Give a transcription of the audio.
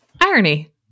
irony